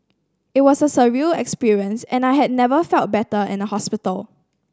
it was a surreal experience and I had never felt better in a hospital